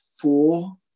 four